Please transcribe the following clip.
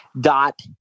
dot